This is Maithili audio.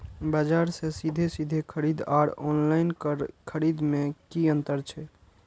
बजार से सीधे सीधे खरीद आर ऑनलाइन खरीद में की अंतर छै?